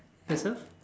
yourself